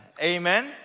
Amen